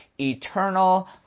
eternal